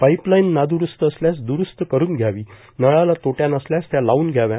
pipeline नाद्रस्त असल्यास द्रस्ती करुन घ्याव्यात नळाला तोटया नसल्यास त्या लावून घ्याव्या